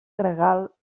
gregal